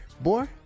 boy